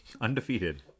Undefeated